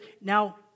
now